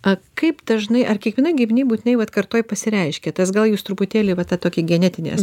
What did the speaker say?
a kaip dažnai ar kiekvienoj giminėj būtinai vat kartoj pasireiškia tas gal jūs truputėlį vat tą tokį genetinį